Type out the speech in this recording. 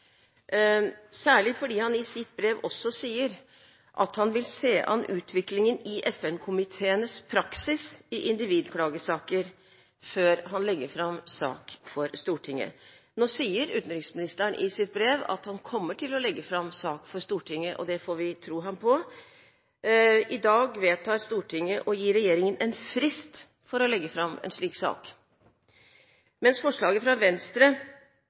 særlig fordi han i sitt brev også sier at han vil se an utviklingen i FN-komiteenes praksis i individklagesaker før han legger fram sak for Stortinget. Nå sier utenriksministeren i sitt brev at han kommer til å legge fram sak for Stortinget, og det får vi tro ham på. I dag vedtar Stortinget å gi regjeringen en frist for å legge fram en slik sak. Mens forslaget fra Venstre